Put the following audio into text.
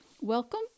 Welcome